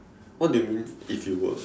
what do you mean if you were